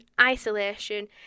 isolation